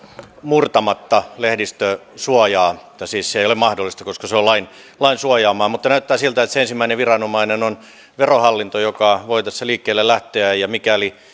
murtamatta lehdistösuojaa siis se ei ole mahdollista koska se on lain lain suojaamaa mutta näyttää siltä että se ensimmäinen viranomainen on verohallinto joka voi tässä liikkeelle lähteä ja mikäli